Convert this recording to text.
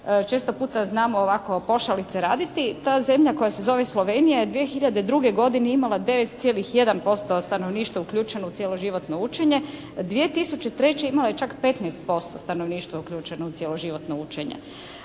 često puta znamo ovako pošalice raditi, ta zemlja koja se zove Slovenija je 2002. godine imala 9,1% stanovništva uključeno u cijeloživotno učenje. 2003. imao je čak 15% stanovništva uključeno u cijeloživotno učenje.